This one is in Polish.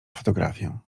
fotografię